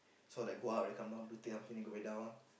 so like go up then come down do thing after that go back down